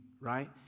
right